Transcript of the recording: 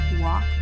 walk